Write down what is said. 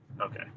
Okay